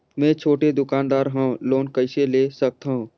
मे छोटे दुकानदार हवं लोन कइसे ले सकथव?